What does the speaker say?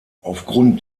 aufgrund